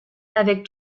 avec